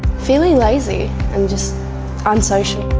feeling lazy and just unsocial.